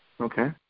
Okay